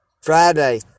Friday